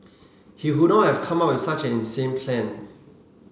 he wouldn't have come up with such an insane plan